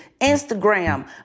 Instagram